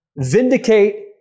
vindicate